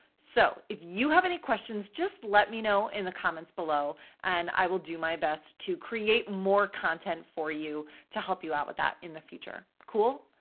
so if you have any questions, just let me know in the comments below and i will do my best to create more content for you to help you out with that in the future, cool?